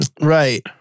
Right